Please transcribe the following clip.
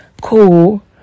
Cool